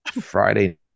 friday